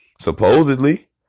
Supposedly